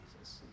Jesus